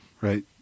right